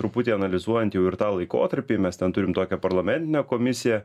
truputį analizuojant jau ir tą laikotarpį mes ten turime tokią parlamentinę komisiją